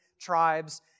tribes